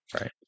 right